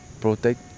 protect